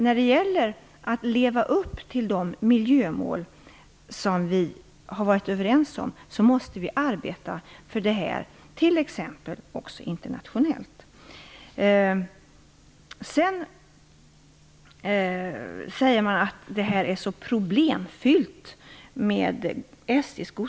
När det gäller att leva upp till de miljömål som vi har varit överens om måste vi t.ex. också arbeta internationellt. Man säger vidare att SJ:s godstransporter är så problemfyllda.